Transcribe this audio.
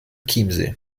chiemsee